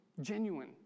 genuine